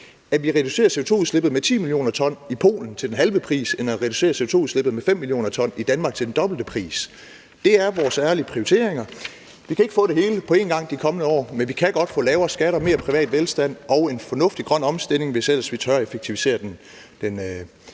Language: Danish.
at vi reducerer CO2-udslippet med 10 mio. t i Polen til den halve pris, end at vi reducerer CO2-udslippet med 5 mio. t i Danmark til den dobbelte pris. Det er vores ærlige prioriteringer. Vi kan ikke få det hele på én gang i de kommende år, men vi kan godt få lavere skatter, mere privat velstand og en fornuftig grøn omstilling, hvis ellers vi tør effektivisere den